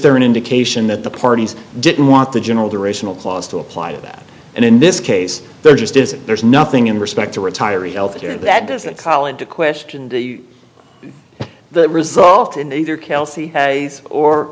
there an indication that the parties didn't want the general durational clause to apply to that and in this case there just isn't there is nothing in respect to retiring health care that doesn't call into question the result in either